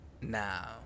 now